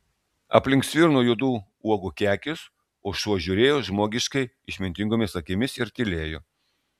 aplink sviro juodų uogų kekės o šuo žiūrėjo žmogiškai išmintingomis akimis ir tylėjo